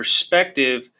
perspective